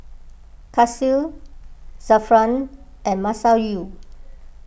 Kasih Zafran and Masayu